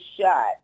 shot